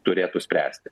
turėtų spręsti